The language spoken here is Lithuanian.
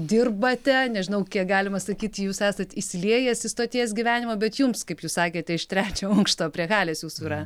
dirbate nežinau kiek galima sakyti jūs esat įsiliejęs į stoties gyvenimą bet jums kaip jūs sakėte iš trečio aukšto prie halės jūsų yra